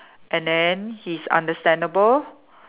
and then he's understandable